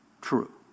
true